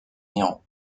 iran